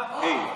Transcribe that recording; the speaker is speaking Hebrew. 4, ה'.